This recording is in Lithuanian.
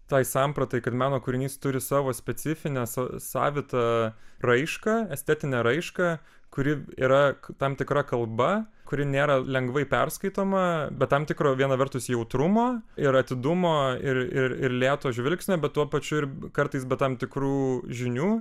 tai sampratai kad meno kūrinys turi savo specifines sa savitą raišką estetinę raišką kuri yra tam tikra kalba kuri nėra lengvai perskaitoma be tam tikro viena vertus jautrumo ir atidumo ir ir lėto žvilgsnio bet tuo pačiu ir kartais be tam tikrų žinių